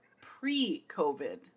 pre-COVID